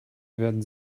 werden